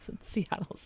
seattle